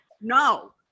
No